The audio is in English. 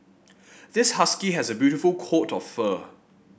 this husky has a beautiful court of fur